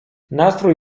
nastrój